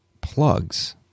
plugs